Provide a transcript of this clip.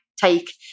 take